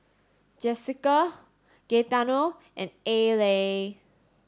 Jesica Gaetano and Allie